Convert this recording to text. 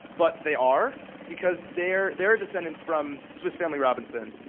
but they are, because they're they're a descendant from swiss family robinson,